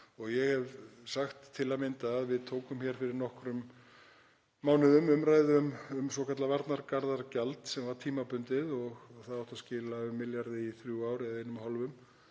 og ég hef sagt til að mynda að við tókum fyrir nokkrum mánuðum umræðu um svokallað varnargarðagjald sem var tímabundið og átti að skila milljarði eða einum og hálfum